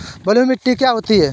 बलुइ मिट्टी क्या होती हैं?